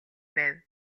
байв